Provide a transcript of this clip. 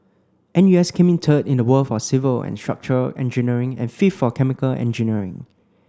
N U S came in third in the world for civil and structural engineering and fifth for chemical engineering